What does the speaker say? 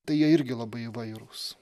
tai jie irgi labai įvairūs